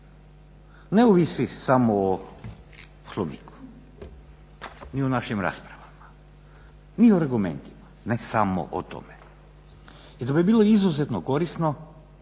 ne ovisi samo o Poslovniku, ni o našim raspravama, ni o argumentima, ne samo o tome. I da bi bilo izuzetno korisno